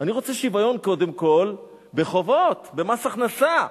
אני רוצה שוויון קודם כול בחובות, במס הכנסה.